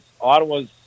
Ottawa's